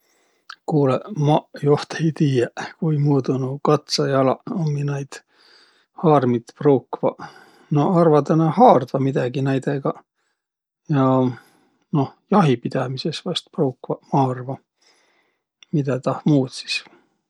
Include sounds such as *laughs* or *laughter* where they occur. Kuulõ maq joht *laughs* ei tiiäq, kuimuudu nuuq katsajalaq ummi naid haarmit pruukvaq. No arvadaq nä haardvaq midägi naidõga ja noh jahipidämises vaest pruukvaq, ma arva. Midä tah muud sis?